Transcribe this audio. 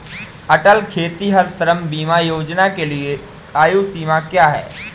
अटल खेतिहर श्रम बीमा योजना के लिए आयु सीमा क्या है?